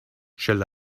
shall